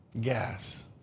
Gas